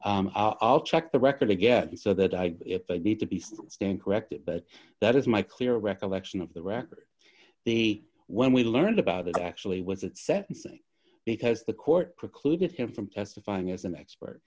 are i'll check the record again so that i need to be stand corrected but that is my clear recollection of the record the when we learned about it actually was at sentencing because the court precluded him from testifying as an expert